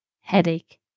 headache